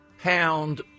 pound